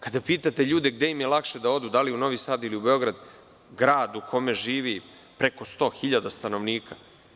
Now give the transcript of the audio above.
Kada pitate ljude gde im je lakše da odu u Novi Sad ili u Beograd, grad u kome živi preko 100 hiljada stanovnika?